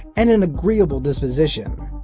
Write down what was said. and an agreeable disposition.